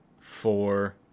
Four